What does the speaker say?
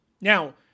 Now